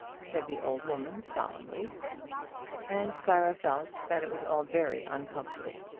said the old woman solemnly and clara felt that it was all very uncomfortable.